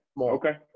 okay